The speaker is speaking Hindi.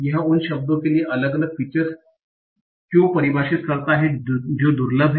यह उन शब्दों के लिए अलग अलग फीचर्स क्यों परिभाषित करता है जो दुर्लभ हैं